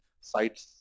sites